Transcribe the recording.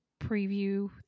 preview